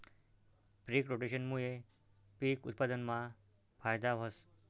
पिक रोटेशनमूये पिक उत्पादनमा फायदा व्हस